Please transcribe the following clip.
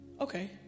Okay